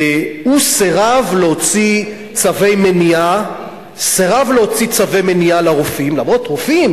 הוא סירב להוציא צווי מניעה לרופאים אף-על-פי שזה רופאים,